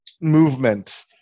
movement